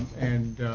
and